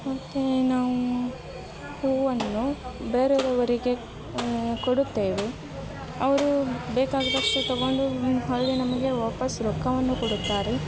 ಮತ್ತು ನಾವು ಹೂವನ್ನು ಬೇರೆಯವರಿಗೆ ಕೊಡುತ್ತೇವೆ ಅವರು ಬೇಕಾದಷ್ಟೆ ತಗೊಂಡು ಹೊರ್ಳಿ ನಮಗೆ ವಾಪಸ್ ರೊಕ್ಕವನ್ನು ಕೊಡುತ್ತಾರೆ